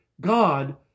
God